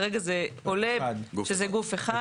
כרגע זה עולה שזה גוף אחד.